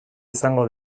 izango